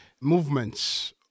movements